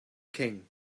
king